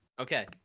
Okay